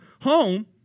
home